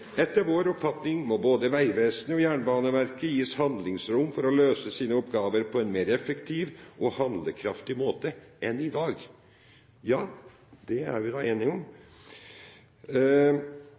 vår oppfatning må både Veivesenet og Jernbaneverket gis handlingsrom for å løse sine oppgaver på en meir effektiv og handlekraftig måte enn i dag.» Ja, det er vi da enige om.